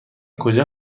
کجا